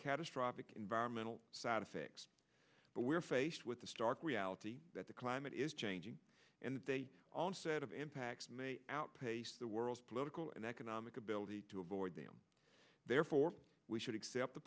catastrophic environmental side effects but we are faced with the stark reality that the climate is changing and they said of impacts outpace the world's political and economic ability to avoid them therefore we should accept the